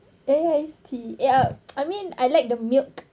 ice tea ya I mean I like the milk